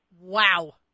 Wow